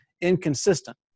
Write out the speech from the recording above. inconsistent